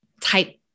type